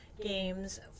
games